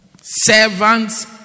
Servants